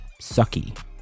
sucky